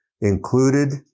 included